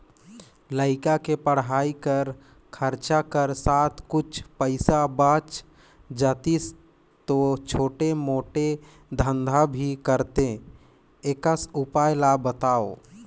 लइका के पढ़ाई कर खरचा कर साथ कुछ पईसा बाच जातिस तो छोटे मोटे धंधा भी करते एकस उपाय ला बताव?